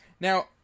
Now